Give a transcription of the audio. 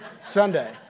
Sunday